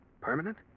Permanent